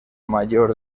mayor